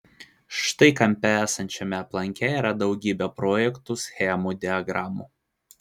štai kampe esančiame aplanke yra daugybė projektų schemų diagramų